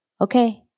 Okay